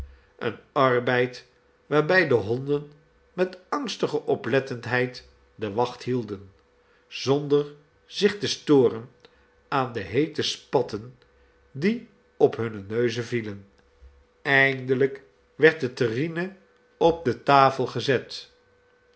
een arbeid waarbij de honden met angstige oplettendheid de wacht hielden zonder zich te storen aan de heete spatten die op hunne neuzen vielen eindelijk werd de terrine op de tafel gezet